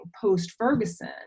post-Ferguson